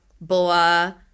Boa